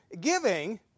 giving